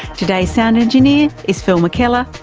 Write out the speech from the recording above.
today's sound engineer is phil mckellar,